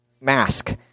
mask